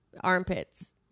armpits